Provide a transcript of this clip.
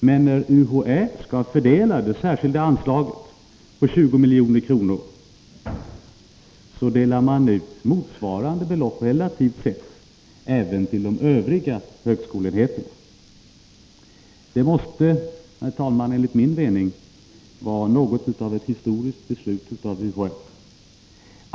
Men när UHÄ fördelade det särskilda anslaget på 20 milj.kr., delade man ut motsvarande belopp, relativt sett, även till de övriga högskoleenheterna. Det måste, herr talman, enligt min mening vara något av ett historiskt beslut av UHÄ.